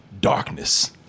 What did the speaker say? darkness